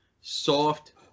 soft